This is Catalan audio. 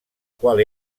qual